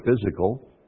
physical